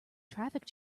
traffic